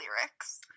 lyrics